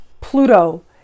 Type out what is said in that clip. Pluto